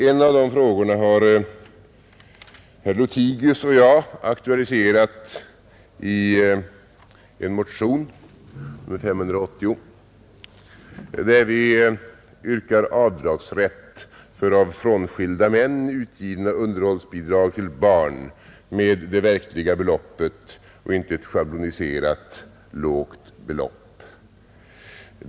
En av de frågorna har herr Lothigius och jag aktualiserat i motionen 588, i vilken vi har yrkat avdragsrätt för av frånskilda män utgivna underhållsbidrag till barn med det verkliga beloppet, inte ett schablonartat lågt belopp.